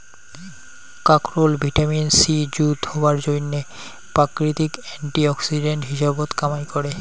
কাকরোল vitamin C যুত হবার জইন্যে প্রাকৃতিক অ্যান্টি অক্সিডেন্ট হিসাবত কামাই করে